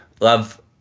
love